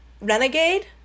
Renegade